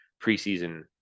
preseason